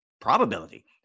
probability